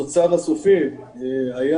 כאשר התוצר הסופי היה